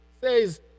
says